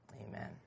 Amen